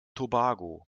tobago